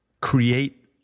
create